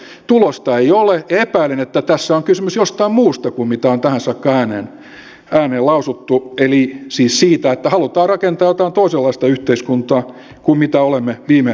arvioin tulosta ja tulosta ei ole ja epäilen että tässä on kysymys jostain muusta kuin mitä on tähän saakka ääneen lausuttu eli siis siitä että halutaan rakentaa jotain toisenlaista yhteiskuntaa kuin mitä olemme viime vuosikymmenet eläneet